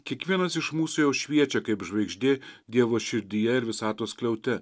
kiekvienas iš mūsų jau šviečia kaip žvaigždė dievo širdyje ir visatos skliaute